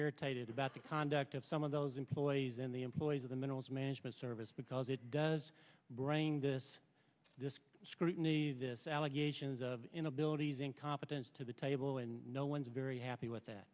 irritated about the conduct of some of those employees in the employees of the minerals management service because it does brain this this scrutiny this allegations of inabilities incompetence to the table and no one is very happy with that